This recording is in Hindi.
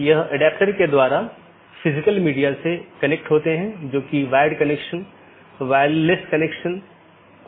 इन साथियों के बीच BGP पैकेट द्वारा राउटिंग जानकारी का आदान प्रदान किया जाना आवश्यक है